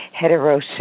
heterosis